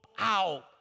out